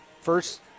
first